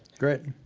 great.